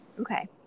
Okay